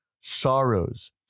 sorrows